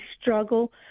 struggle